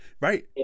right